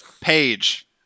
page